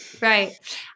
right